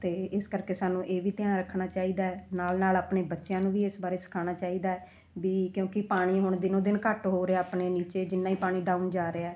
ਅਤੇ ਇਸ ਕਰਕੇ ਸਾਨੂੰ ਇਹ ਵੀ ਧਿਆਨ ਰੱਖਣਾ ਚਾਹੀਦਾ ਨਾਲ ਨਾਲ ਆਪਣੇ ਬੱਚਿਆਂ ਨੂੰ ਵੀ ਇਸ ਬਾਰੇ ਸਿਖਾਉਣਾ ਚਾਹੀਦਾ ਵੀ ਕਿਉਂਕਿ ਪਾਣੀ ਹੁਣ ਦਿਨੋ ਦਿਨ ਘੱਟ ਹੋ ਰਿਹਾ ਆਪਣੇ ਨੀਚੇ ਜਿੰਨਾ ਹੀ ਪਾਣੀ ਡਾਊਨ ਜਾ ਰਿਹਾ